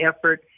effort